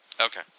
Okay